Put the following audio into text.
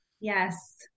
Yes